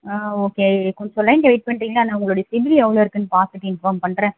ஆ okay கொஞ்சம் லைனில் wait பண்ணுறீங்களா நான் உங்களுடைய சிபில் எவ்வளோ இருக்குதுன்னு பார்த்துட்டு இன்ஃபார்ம் பண்ணுறேன்